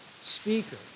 speaker